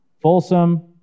Folsom